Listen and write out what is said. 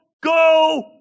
go